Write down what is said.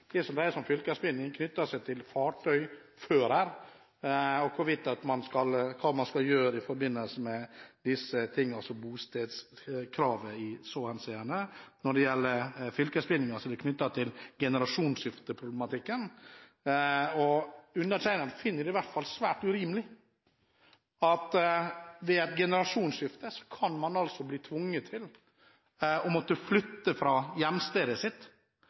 og hva man skal gjøre med bostedskravet når det gjelder fylkesbindinger som er knyttet til generasjonsskifteproblematikken. Undertegnede finner det i hvert fall svært urimelig at man ved et generasjonsskifte kan bli tvunget til å måtte flytte fra hjemstedet sitt